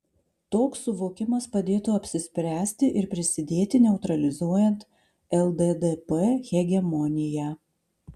toks suvokimas padėtų apsispręsti ir prisidėti neutralizuojant lddp hegemoniją